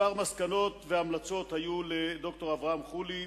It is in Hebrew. כמה המלצות ומסקנות היו לד"ר אברהם חולי,